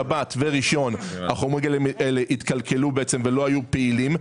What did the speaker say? שבת וראשון החומרים התקלקלו ולא היו פעילים.